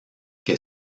que